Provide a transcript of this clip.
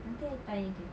nanti I tanya dia